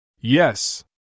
Yes